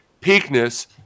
peakness